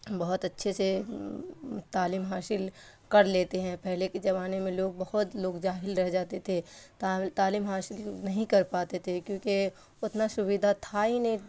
بہت اچھے سے تعلیم حاصل کر لیتے ہیں پہلے کے زمانے میں لوگ بہت لوگ جاہل رہ جاتے تھے تعلیم حاصل نہیں کر پاتے تھے کیونکہ اتنا شویدھا تھا ہی نہیں